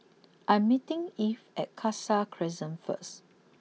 I'm meeting Eve at Khalsa Crescent first